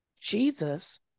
Jesus